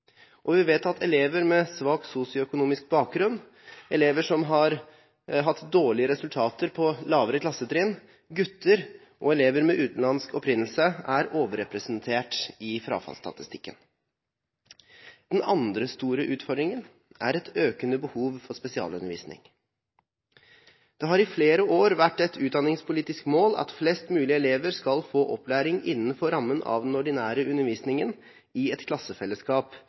og vi vet at elever med svak sosioøkonomisk bakgrunn, elever som har hatt dårlige resultater på lavere klassetrinn, gutter og elever med utenlandsk opprinnelse er overrepresentert i frafallsstatistikken. Den andre store utfordringen er et økende behov for spesialundervisning. Det har i flere år vært et utdanningspolitisk mål at flest mulig elever skal få opplæring innenfor rammen av den ordinære undervisningen i et klassefellesskap.